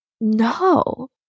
No